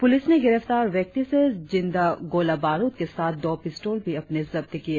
police ने गिरफ्तार व्यक्ति से जिंदा गोला बारुद के साथ दो पिस्तौल भी अपने जब्त किए